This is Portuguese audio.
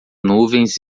nuvens